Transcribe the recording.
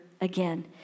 again